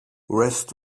rest